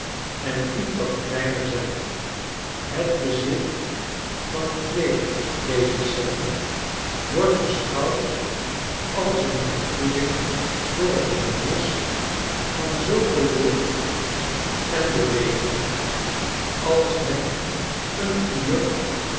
en ietwat kleiner zijn het bezit van twee dezer cellen wordt beschouwd als een vergoeding voor tgemisvan zooveel lucht en beweging als men een uur